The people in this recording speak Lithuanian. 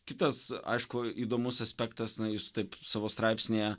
kitas aišku įdomus aspektas jūs taip savo straipsnyje